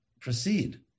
proceed